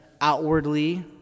outwardly